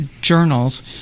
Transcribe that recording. journals